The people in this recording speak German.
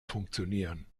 funktionieren